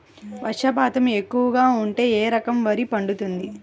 వర్షపాతం ఎక్కువగా ఉంటే ఏ రకం వరి పండుతుంది?